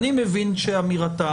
אני מבין שאמירתה,